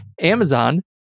Amazon